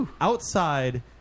outside